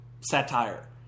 Satire